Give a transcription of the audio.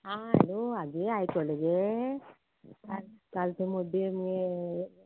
आं हॅलो आजे आयकोले गे काल ते मोरजे मगे